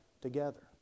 together